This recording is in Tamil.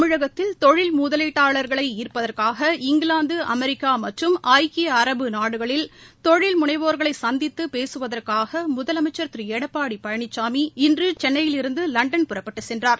தமிழகத்தில் தொழில் முதலீட்டாளா்களை ஈள்ப்பதற்காக இங்கிலாந்து அமெரிக்கா மற்றும் ஐக்கிய அரபு நாடுகளில் தொழில் முனைவோர்களை சந்தித்து பேகவதற்காக முதலமைச்சள் திரு எடப்பாடி பழனிசாமி இன்று சென்னையிலிருந்து லண்டன் புறப்பட்டுச் சென்றார்